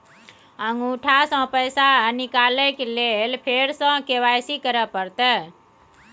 अंगूठा स पैसा निकाले लेल फेर स के.वाई.सी करै परतै?